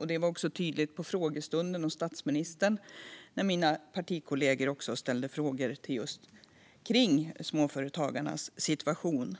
Detta var tydligt på statsministerns frågestund när mina partikollegor ställde frågor om just småföretagarnas situation.